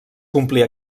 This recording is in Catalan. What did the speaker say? complir